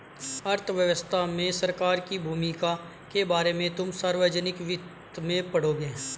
अर्थव्यवस्था में सरकार की भूमिका के बारे में तुम सार्वजनिक वित्त में पढ़ोगे